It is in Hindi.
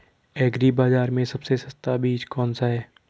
एग्री बाज़ार में सबसे सस्ता बीज कौनसा है?